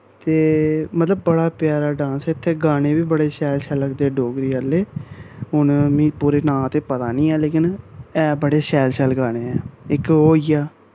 ते मतलब बड़ा प्यारा डांस ऐ इत्थें गाने बी बड़े शैल शैल लगदे डोगरी आह्ले हून मीं पूर् नांऽ ते पता नी हैन ऐ लेकिन ऐ बड़े शैल शैल गाने ऐ इक होई गेआ